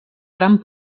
gran